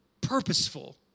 purposeful